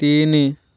ତିନି